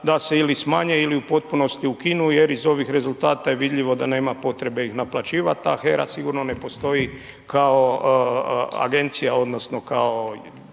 da se ili smanje ili u potpunosti ukinu jer iz ovih rezultata je vidljivo da nema potrebe ih naplaćivat, a HERA sigurno ne postoji kao agencija odnosno kao